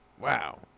Wow